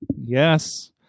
Yes